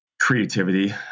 creativity